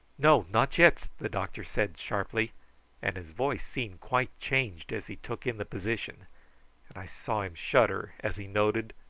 no, not yet, the doctor said sharply and his voice seemed quite changed as he took in the position and i saw him shudder as he noted,